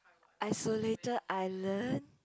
isolated island